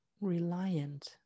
reliant